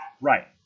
Right